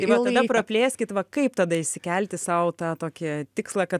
vat tada praplėskit va kaip tada išsikelti sau tą tokį tikslą kad